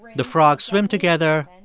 the frogs swim together,